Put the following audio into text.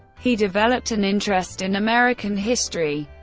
he developed an interest in american history,